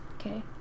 Okay